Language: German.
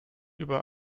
über